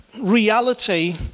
reality